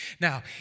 Now